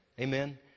Amen